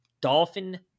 dolphin